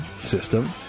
system